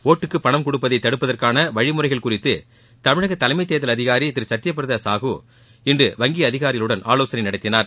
ஒட்டுக்கு பணம் கொடுப்பதை தடுப்பதற்கான வழிமுறைகள் குறித்து தமிழக தலைமைத் தேர்தல் அதிகாரி திரு சத்யபிரதா சாஹூ இன்று வங்கி அதிகாரிகளுடன் ஆலோசனை நடத்தினார்